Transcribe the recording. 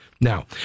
Now